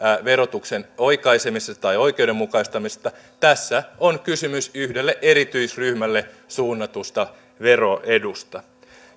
verotuksen oikaisemisesta tai oikeudenmukaistamisesta tässä on kysymys yhdelle erityisryhmälle suunnatusta veroedusta